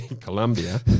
Colombia